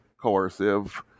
coercive